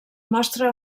mostra